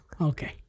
Okay